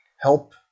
help